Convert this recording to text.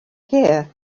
here